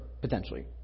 potentially